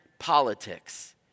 politics